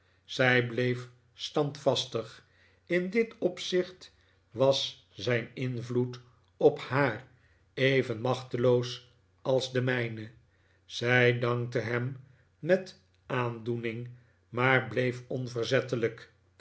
zij bleef standvastig in dit opzicht was zijn invloed op haar even machteloos als de mijne zij dankte hem met aandoening maar bleef